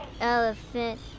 elephant